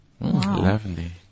lovely